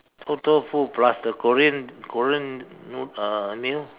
臭豆腐 plus the Korean Korean noo~ uh meal